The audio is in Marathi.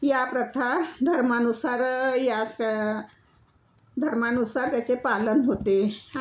या प्रथा धर्मानुसार या स धर्मानुसार त्याचे पालन होते